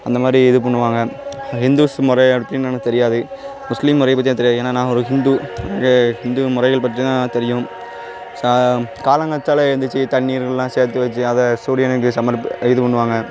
அந்தமாதிரி இது பண்ணுவாங்க ஹிந்துஸ் முறைய எடுத்தீங்கன்னா எனக்கு தெரியாது முஸ்லீம் முறைய பற்றி எனக்கு தெரியாது ஏன்னா நான் ஒரு ஹிந்து ஒரு ஹிந்து முறைகள் பற்றிதான் தெரியும் சா காலங்காத்தாலே எந்திரிச்சு தண்ணீர் எல்லாம் சேர்த்து வச்சு அதை சூரியனுக்கு சமர் இது பண்ணுவாங்க